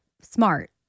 smart